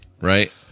right